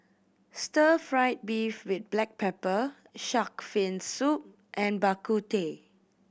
stir fried beef with black pepper shark fin soup and Bak Kut Teh